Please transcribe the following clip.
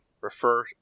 Refer